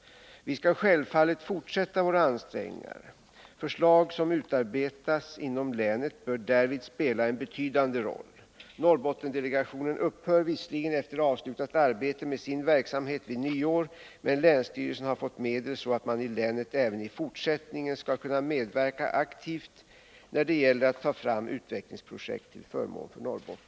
Vi skall självfallet fortsätta våra ansträngningar. Förslag som utarbetas inom länet bör därvid spela en betydande roll. Norrbottendelegationen upphör visserligen efter avslutat arbete med sin verksamhet vid nyår, men länsstyrelsen har fått medel så att man i länet även i fortsättningen skall kunna medverka aktivt när det gäller att ta fram utvecklingsprojekt till förmån för Norrbotten.